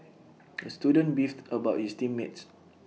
the student beefed about his team mates